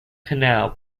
canal